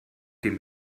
dem